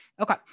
Okay